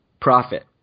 profit